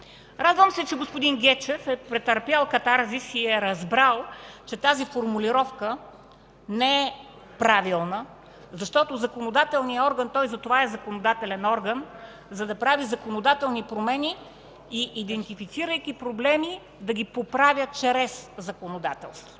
Радвам се, че господин Гечев е претърпял катарзис и е разбрал, че тази формулировка не е правилна, защото законодателният орган – той затова е законодателен орган, за да прави законодателни промени и идентифицирайки проблеми – да ги поправя чрез законодателството,